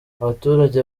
abaturage